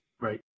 Right